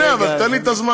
אני נהנה, אבל תן לי את הזמן.